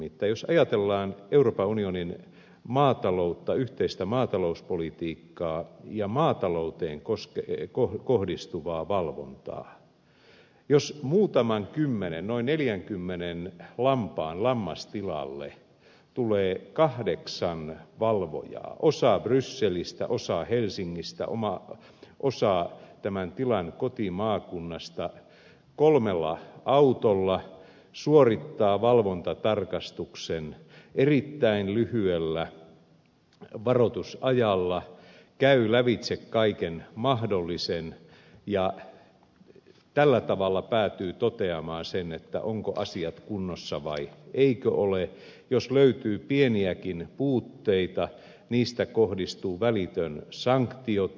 nimittäin jos ajatellaan euroopan unionin maataloutta yhteistä maatalouspolitiikkaa ja maatalouteen kohdistuvaa valvontaa niin jos muutaman kymmenen noin neljänkymmenen lampaan lammastilalle tulee kahdeksan valvojaa osa brysselistä osa helsingistä osa tämän tilan kotimaakunnasta kolmella autolla suorittaa valvontatarkastuksen erittäin lyhyellä varoitusajalla käy lävitse kaiken mahdollisen ja tällä tavalla päätyy toteamaan sen ovatko asiat kunnossa vai eivätkö ole ja jos he löytävät pieniäkin puutteita niin niistä kohdistuu välitön sanktio tilalle